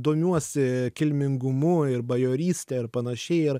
domiuosi kilmingumu ir bajoryste ir panašiai ir